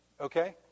okay